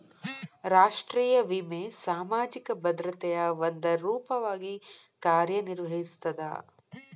ರಾಷ್ಟ್ರೇಯ ವಿಮೆ ಸಾಮಾಜಿಕ ಭದ್ರತೆಯ ಒಂದ ರೂಪವಾಗಿ ಕಾರ್ಯನಿರ್ವಹಿಸ್ತದ